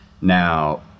Now